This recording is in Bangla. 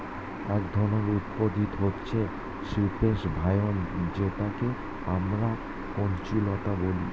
এক ধরনের উদ্ভিদ হচ্ছে সিপ্রেস ভাইন যেটাকে আমরা কুঞ্জলতা বলি